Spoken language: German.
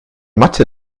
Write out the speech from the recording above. mathe